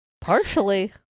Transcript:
partially